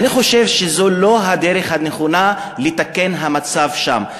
אני חושב שזו לא הדרך הנכונה לתקן את המצב שם.